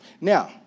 Now